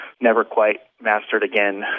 never-quite-mastered-again